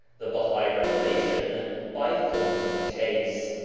the bahai revelation by thornton chase.